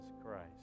Christ